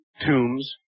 tombs